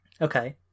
Okay